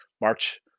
March